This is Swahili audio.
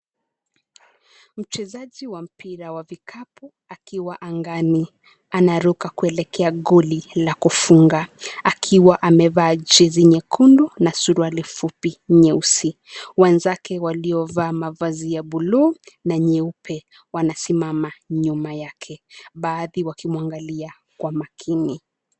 Mchezaji wa mipira wa vikapu akiwa angani, anaruka kuelekea gori la kufunga akiwa amavaa jezi nyekundu na suruali fupi nyeusi. Wenzake walio vaa mavazi ya bluu na nyeupe wanasimama nyuma yake. Baadhi wakimwangalia kwa makini.